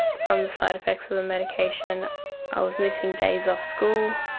from the side effects of the medication i was missing days off school,